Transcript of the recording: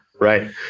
right